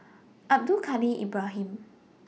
Abdul Kadir Ibrahim